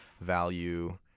value